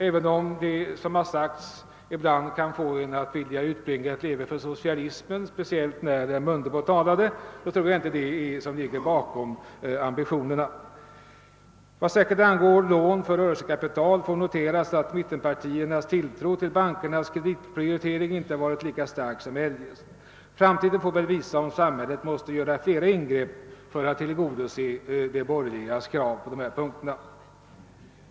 Även om man ibland har kunnat känna sig böjd att utbringa ett leve för socialismen — speciellt när herr Mundebo talade — ligger nog inga sådana tankar bakom ambitionerna. Vad särskilt angår lån för rörelsekapital får noteras, att mittenpartiernas tilltro till bankernas kreditprioritering inte varit lika stark som eljest. Framtiden får väl visa om samhället måste göra flera ingrepp för att tillgodose de borgerligas krav på dessa punkter.